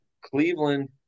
Cleveland